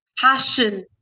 passion